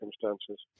circumstances